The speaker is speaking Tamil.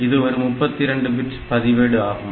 இது ஒரு 32 பிட் பதிவேடு ஆகும்